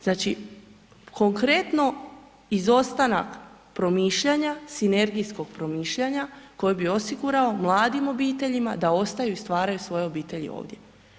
Znači konkretno izostanak promišljanja, sinergijskog promišljanja, koje bi osigurao mladim obiteljima da ostaju i stvaraju svoje obitelji ovdje.